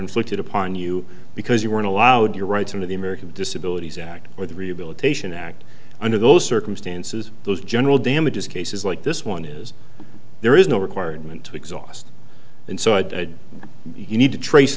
inflicted upon you because you weren't allowed your rights under the american disabilities act or the rehabilitation act under those circumstances those general damages cases like this one is there is no requirement to exhaust and so you need to trace